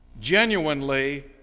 genuinely